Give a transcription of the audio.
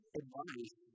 advice